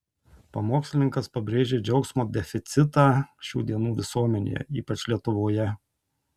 pamokslininkas pabrėžė džiaugsmo deficitą šių dienų visuomenėje ypač lietuvoje